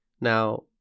Now